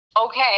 Okay